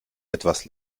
etwas